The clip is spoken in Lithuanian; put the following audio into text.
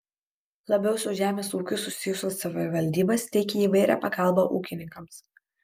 labiau su žemės ūkiu susijusios savivaldybės teikia įvairią pagalbą ūkininkams